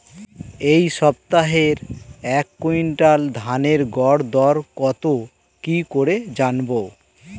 এই সপ্তাহের এক কুইন্টাল ধানের গর দর কত কি করে জানবো?